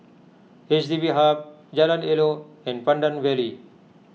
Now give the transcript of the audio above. H D B Hub Jalan Elok and Pandan Valley